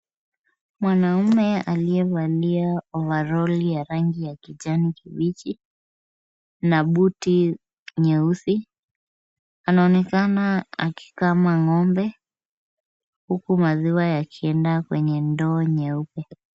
Mwanaume aliyevalia ovaroli ya rangi ya kijani kibichi na buti nyeusi, anaonekana akikama ng'ombe huku maziwa yakienda kwenye ndoo nyeupe.